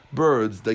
birds